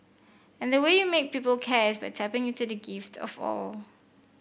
and the way you make people care is by tapping into that gift of awe